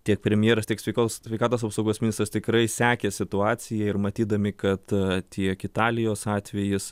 tiek premjeras tiek sveikos sveikatos apsaugos ministras tikrai sekė situaciją ir matydami kad tiek italijos atvejis